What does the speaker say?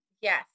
yes